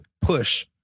push